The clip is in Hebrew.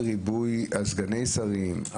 על ריבוי סגני השרים,